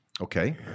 Okay